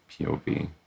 POV